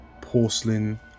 porcelain